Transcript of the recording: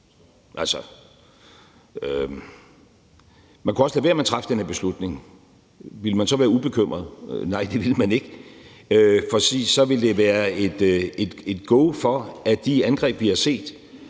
man kunne også lade være med at træffe den her beslutning. Ville man så være ubekymret? Nej, det ville man ikke, for så ville det være et go for de angreb, vi har set,